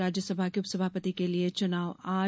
राज्यसभा के उपसभापति के लिए चुनाव आज